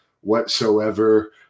whatsoever